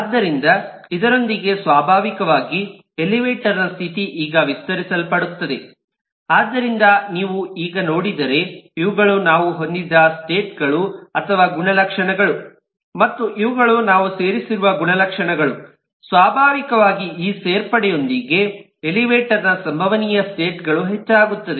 ಆದ್ದರಿಂದ ಇದರೊಂದಿಗೆ ಸ್ವಾಭಾವಿಕವಾಗಿ ಎಲಿವೇಟರ್ ನ ಸ್ಥಿತಿ ಈಗ ವಿಸ್ತರಿಸಲ್ಪಡುತ್ತದೆ ಆದ್ದರಿಂದ ನೀವು ಈಗ ನೋಡಿದರೆ ಇವುಗಳು ನಾವು ಹೊಂದಿದ್ದ ಸ್ಟೇಟ್ ಗಳು ಅಥವಾ ಗುಣಲಕ್ಷಣಗಳು ಮತ್ತು ಇವುಗಳು ನಾವು ಸೇರಿಸಿರುವ ಗುಣಲಕ್ಷಣಗಳು ಸ್ವಾಭಾವಿಕವಾಗಿ ಈ ಸೇರ್ಪಡೆಯೊಂದಿಗೆ ಎಲಿವೇಟರ್ ನ ಸಂಭವನೀಯ ಸ್ಟೇಟ್ ಗಳು ಹೆಚ್ಚಾಗುತ್ತದೆ